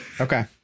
Okay